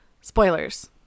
Spoilers